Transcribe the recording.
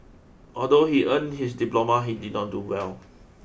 although he earned his diploma he did not do well